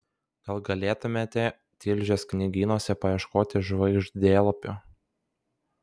gal galėtumėte tilžės knygynuose paieškoti žvaigždėlapių